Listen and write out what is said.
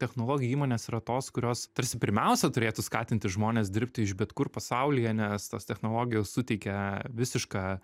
technologijų įmonės yra tos kurios tarsi pirmiausia turėtų skatinti žmones dirbti iš bet kur pasaulyje nes tos technologijos suteikia visišką